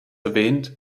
erwähnt